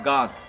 God